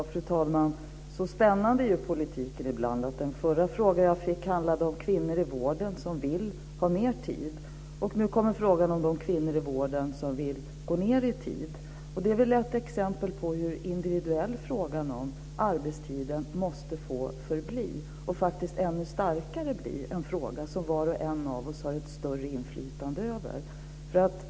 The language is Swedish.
Fru talman! Så spännande är politiken, att den förra fråga jag fick handlade om kvinnor i vården som vill ha mer tid, och nu kommer en fråga om de kvinnor i vården som vill gå ned i tid. Det är ett exempel på hur individuell frågan om arbetstiden måste få förbli och faktiskt ännu starkare bli en fråga som var och en har ett större inflytande över.